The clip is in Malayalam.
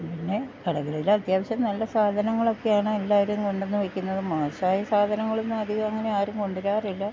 പിന്നെ കടകളിലത്യാവശ്യം നല്ല സാധനങ്ങളൊക്കെയാണ് എല്ലാരും കൊണ്ടന്ന് വെക്കുന്നത് മോശമായ സാധനങ്ങളൊന്നു അധികം അങ്ങനെ ആരും കൊണ്ടെരാറില്ല